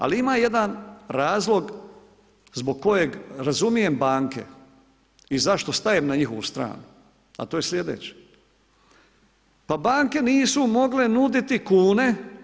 Ali ima jedan razlog zbog kojeg razumijem banke i zašto stajem na njihovu stranu, a to je sljedeće, pa banke nisu mogle nuditi kune.